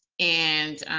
and,